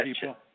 people